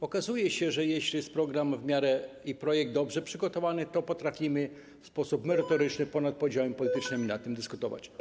Okazuje się, że jeśli jest program i w miarę dobrze przygotowany projekt, to potrafimy w sposób merytoryczny, ponad podziałami politycznymi nad tym dyskutować.